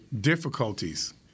difficulties –